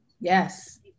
Yes